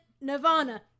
Nirvana